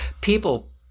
people